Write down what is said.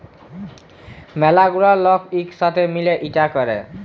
ম্যালা গুলা লক ইক সাথে মিলে ইটা ক্যরে